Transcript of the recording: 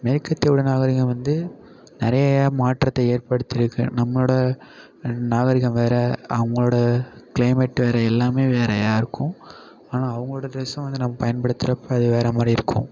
மேற்கத்தியோடய நாகரிகம் வந்து நிறைய மாற்றத்தை ஏற்படுத்திருக்கு நம்மளோடய நாகரிகம் வேறே அவங்களோடய க்ளைமேட் வேறே எல்லாம் வேறையாக இருக்கும் ஆனால் அவங்களோடய ட்ரெஸ்ஸும் வந்து நம்ம பயன்படுத்துறப்ப அது வேற மாதிரி இருக்கும்